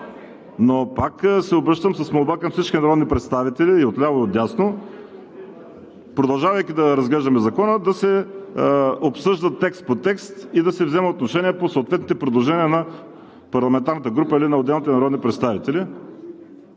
Но пак се обръщам с молба към всички народни представители – и отляво, и отдясно, продължавайки да разглеждаме Закона, да се обсъжда текст по текст и да се взема отношение по съответните предложения на парламентарната група или на отделните народни представители.